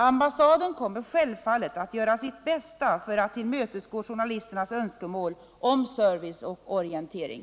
Ambassaden kommer självfallet att göra sitt bästa för att tillmötesgå journalisternas önskemål om service och orientering.